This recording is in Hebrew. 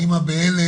האימא בהלם.